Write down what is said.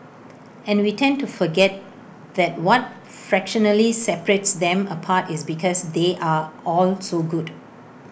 and we tend to forget that what fractionally separates them apart is because they are all so good